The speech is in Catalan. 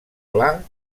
pla